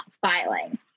filing